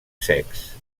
secs